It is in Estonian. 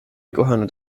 kohanud